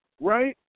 right